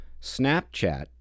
snapchat